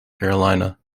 carolina